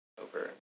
over